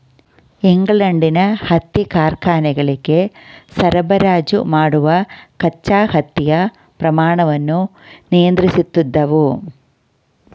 ಇಂಗ್ಲೆಂಡಿನ ಹತ್ತಿ ಕಾರ್ಖಾನೆಗಳಿಗೆ ಸರಬರಾಜು ಮಾಡುವ ಕಚ್ಚಾ ಹತ್ತಿಯ ಪ್ರಮಾಣವನ್ನು ನಿಯಂತ್ರಿಸುತ್ತಿದ್ದವು